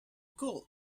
could